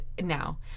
now